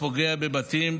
הפוגע בבתים,